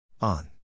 on